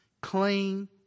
clean